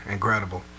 Incredible